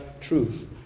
truth